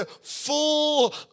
full